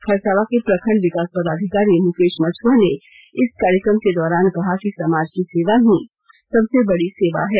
खरसावां के प्रखंड विकास पदाधिकारी मुकेश मछुआ ने इस कार्यक्रम के दौरान कहा कि समाज की सेवा ही सबसे बड़ी सेवा है